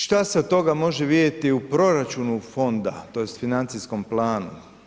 Šta se od toga može vidjeti u proračunu fonda tj. financijskom planu?